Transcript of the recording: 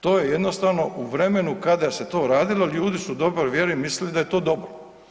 To je jednostavno u vremenu kada se to radilo ljudi su u dobroj vjeri mislili da je to dobro.